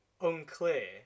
unclear